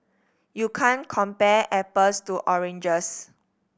you can compare apples to oranges